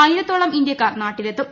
ആയിരത്തോളം ഇന്ത്യക്കാർ നാട്ടിലെത്തും